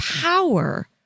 power